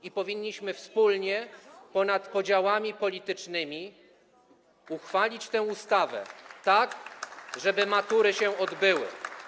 I powinniśmy wspólnie, ponad podziałami politycznymi uchwalić tę ustawę, żeby matury się odbyły.